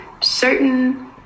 certain